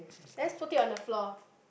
let's put it on the floor